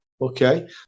okay